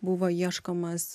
buvo ieškomas